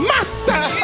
Master